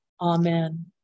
Amen